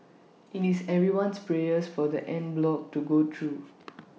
IT is everyone's prayers for the en bloc to go through